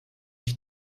ich